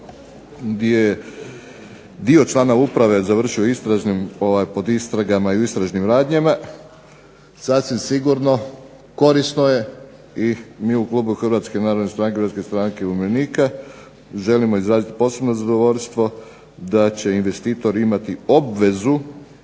di je dio člana uprave završio pod istragama i u istražnim radnjama sasvim sigurno korisno je i mi u klubu Hrvatske narodne stranke, Hrvatske stranke umirovljenika želimo izraziti posebno zadovoljstvo da će investitor imati obvezu